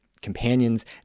companions